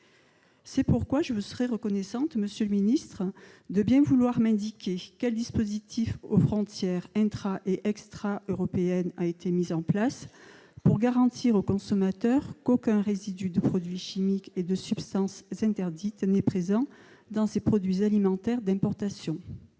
depuis 2000. Je vous serais donc reconnaissante, monsieur le ministre, de bien vouloir m'indiquer quel dispositif aux frontières intra et extra-européennes a été mis en place pour garantir aux consommateurs qu'aucun résidu de produits chimiques et de substances interdites n'est présent dans ces produits alimentaires d'importation.